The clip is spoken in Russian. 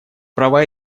права